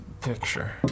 picture